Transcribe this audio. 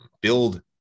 build